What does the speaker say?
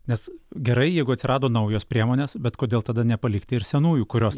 nes gerai jeigu atsirado naujos priemonės bet kodėl tada nepalikti ir senųjų kurios